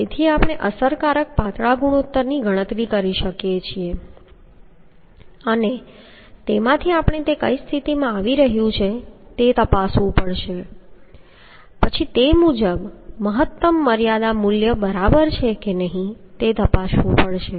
તેથી આપણે અસરકારક પાતળા ગુણોત્તરની ગણતરી કરી શકીએ છીએ અને તેમાંથી આપણે તે કઈ સ્થિતિમાં આવી રહ્યું છે તે તપાસવું પડશે પછી તે મુજબ મહત્તમ મર્યાદા મૂલ્ય બરાબર છે કે નહીં તે તપાસવું પડશે